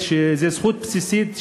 זאת זכות בסיסית,